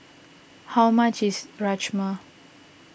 how much is Rajma